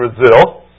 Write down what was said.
Brazil